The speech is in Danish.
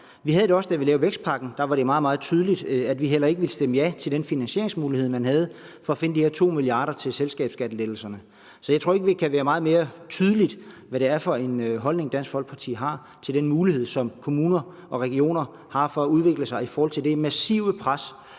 Vi havde det også, da vi lavede vækstpakken. Der var det meget, meget tydeligt, at vi heller ikke ville stemme ja til den finansieringsmodel, man havde valgt, til at finde de her 2 mia. kr. til selskabsskattelettelserne. Så jeg tror ikke, at det kan være meget mere tydeligt, hvad det er for en holdning, Dansk Folkeparti har til den mulighed, som kommuner og regioner har for at udvikle sig i forhold til det massive pres,